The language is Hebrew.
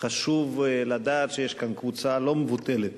חשוב לדעת שיש כאן קבוצה לא מבוטלת